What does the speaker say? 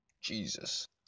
Jesus